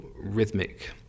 rhythmic